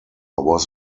was